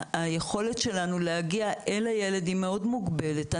היכולת שלנו להגיע אל הילד היא מאוד מוגבלת.